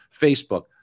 Facebook